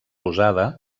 usada